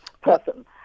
person